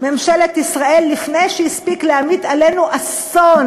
ממשלת ישראל לפני שהספיק להמיט עלינו אסון,